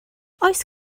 oes